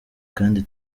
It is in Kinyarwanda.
kandi